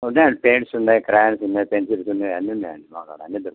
ఉన్నయండి pens ఉన్నాయి crayons ఉన్నాయి pencils ఉన్నాయి అన్ని ఉన్నాయండి మాకాడ అన్ని దొరుకుతాయి